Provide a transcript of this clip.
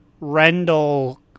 Rendell